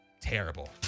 terrible